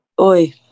Oi